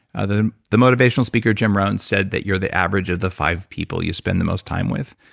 ah the the motivational speaker jim roaten said that you're the average of the five people you spend the most time with.